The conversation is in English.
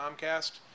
Comcast